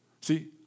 See